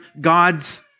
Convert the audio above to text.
God's